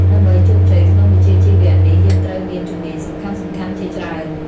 ដើម្បីជោគជ័យក្នុងវិជ្ជាជីវៈនេះ យើងត្រូវមានជំនាញសំខាន់ៗ ជាច្រើន។